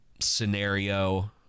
Scenario